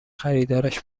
خریدارش